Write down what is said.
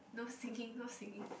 no singing no singing